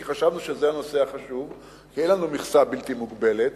כי חשבנו שזה הנושא החשוב ואין לנו מכסה בלתי מוגבלת,